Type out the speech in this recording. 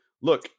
Look